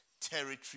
territory